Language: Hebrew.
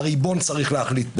והריבון צריך להחליט.